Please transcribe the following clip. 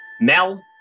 Mel